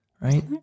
right